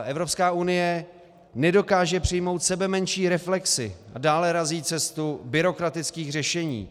Evropská unie nedokáže přijmout sebemenší reflexi a dále razí cestu byrokratických řešení.